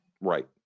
right